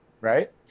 right